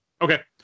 Okay